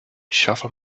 shovel